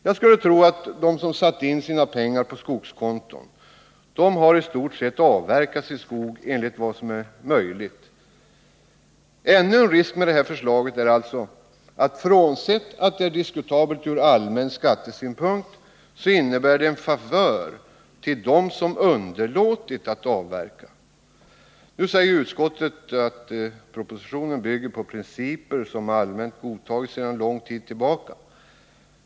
Jag skulle tro att de som satt in sina pengar på skogskonton i stort sett har avverkat sin skog i den utsträckning som är möjlig. Ännu en risk med detta förslag är alltså, frånsett att det är diskutabelt ur skattesynpunkt, att det innebär en favör till dem som underlåtit att avverka. Nu säger utskottet att propositionen bygger på principer som allmänt godtagits sedan lång tid tillbaka.